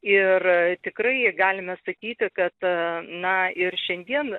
ir tikrai galime sakyti kad na ir šiandien